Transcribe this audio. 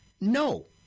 No